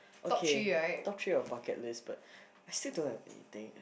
okay top three of bucket list but I still don't have anything